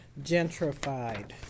gentrified